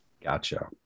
Gotcha